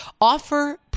offer